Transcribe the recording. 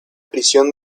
prisión